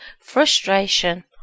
frustration